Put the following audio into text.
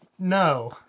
No